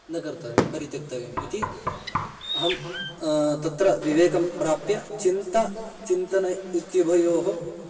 न कर्तव्यं परित्यक्तव्यम् इति अहं तत्र विवेकं प्राप्य चिन्ता चिन्तनम् इत्युभयोः